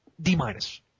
D-minus